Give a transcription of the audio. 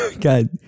God